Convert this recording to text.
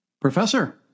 Professor